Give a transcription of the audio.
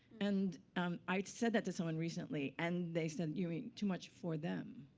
and um i said that to someone recently, and they said, you mean too much for them,